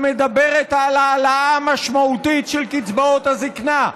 שמדברת על העלאה משמעותית של קצבאות הזקנה.